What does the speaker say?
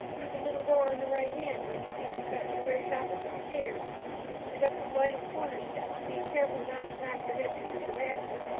through the little door on the right hand when you think you've got to the very top of the stairs and up the flight of corner steps, being careful not to knock your heads against the rafters,